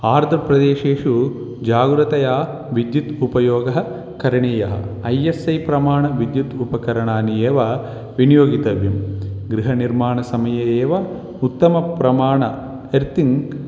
आर्द्रप्रदेशेषु जाग्रतया विद्युत् उपयोगः करणीयः ऐ एस् ऐ प्रमाणविद्युत् उपकरणानि एव विनियोगितव्यं गृहनिर्माणसमये एव उत्तमप्रमाणम् एर्तिङ्क्